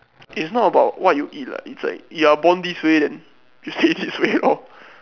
it's not about what you eat lah it's like you are born this way then you stay this way lor